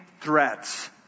threats